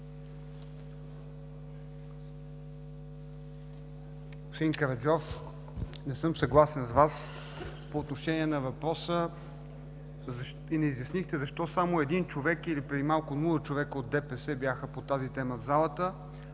Караджов, не съм съгласен с Вас по отношение на въпроса. Не изяснихте защо само един човек, или преди малко – нула човека от ДПС бяха по тази тема в залата,